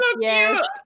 yes